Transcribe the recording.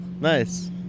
Nice